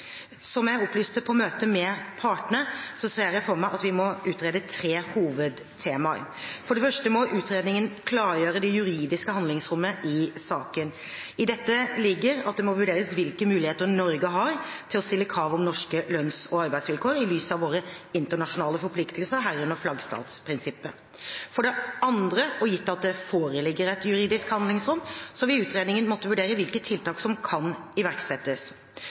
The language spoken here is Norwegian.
Som jeg opplyste om på møtet med partene, ser jeg for meg at vi må utrede tre hovedtemaer. For det første må utredningen klargjøre det juridiske handlingsrommet i saken. I dette ligger at det må vurderes hvilke muligheter Norge har til å stille krav om norske lønns- og arbeidsvilkår i lys av våre internasjonale forpliktelser, herunder flaggstatsprinsippet. For det andre, og gitt at det foreligger et juridisk handlingsrom, vil utredningen måtte vurdere hvilke tiltak som kan iverksettes.